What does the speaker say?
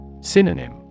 Synonym